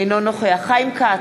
אינו נוכח חיים כץ,